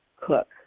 cook